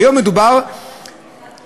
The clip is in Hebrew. כיום מדובר ב-19